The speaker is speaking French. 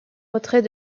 retrait